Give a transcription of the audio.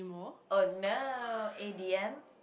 oh no A_D_M